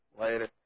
Later